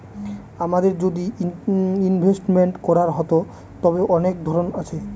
আমাদের যদি ইনভেস্টমেন্ট করার হতো, তবে অনেক ধরন আছে